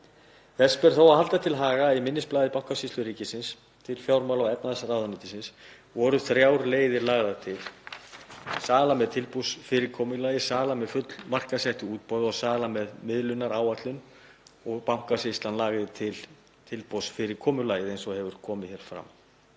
Því ber þó að halda til haga að í minnisblaði Bankasýslu ríkisins til fjármála- og efnahagsráðuneytisins voru þrjár leiðir lagðar til; sala með tilboðsfyrirkomulagi, sala með fullmarkaðssettu útboð og sala með miðlunaráætlun og Bankasýslan lagði til tilboðsfyrirkomulagið eins og hefur komið hér fram.